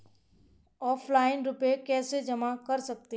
Offline रुपये कैसे जमा कर सकते हैं?